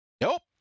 nope